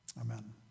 Amen